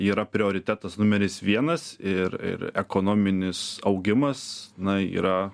yra prioritetas numeris vienas ir ir ekonominis augimas na yra